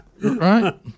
Right